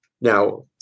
Now